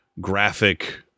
graphic